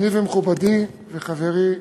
אדוני ומכובדי וחברי,